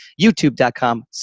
YouTube.com